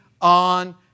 on